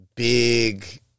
big